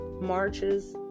marches